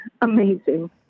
amazing